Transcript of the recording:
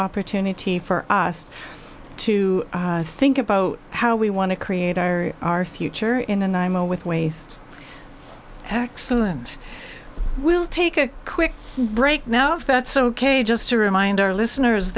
opportunity for us to think about how we want to create our our future in and imo with waste excellent we'll take a quick break now if that's ok just to remind our listeners